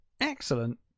Excellent